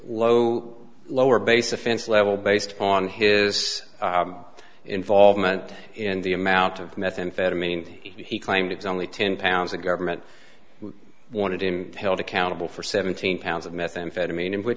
low lower base offense level based on his involvement in the amount of methamphetamine he claimed is only ten pounds the government wanted him held accountable for seventeen pounds of methamphetamine